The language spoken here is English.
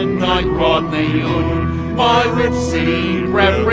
and knight rodney hood my rip city